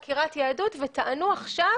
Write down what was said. פה התחילה חקירת יהדות וטענו עכשיו